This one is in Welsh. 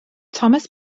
thomas